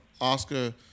Oscar